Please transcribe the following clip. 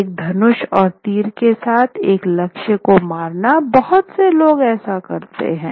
एक धनुष और तीर के साथ एक लक्ष्य को मारना बहुत से लोग ऐसा करते हैं